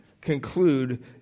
conclude